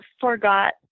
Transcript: forgot